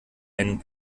einen